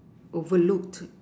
overlooked